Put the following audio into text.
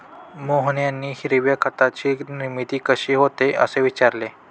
मोहन यांनी हिरव्या खताची निर्मिती कशी होते, असे विचारले